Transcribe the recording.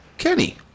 Kenny